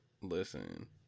Listen